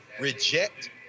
reject